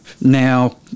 now